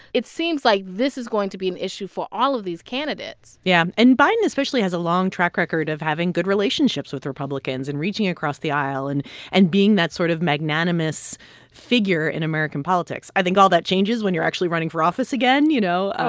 it seems like this is going to be an issue for all of these candidates yeah. and biden especially has a long track record of having good relationships with republicans and reaching across the aisle and and being that sort of magnanimous figure in american politics. i think all that changes when you're actually running for office again you know oh,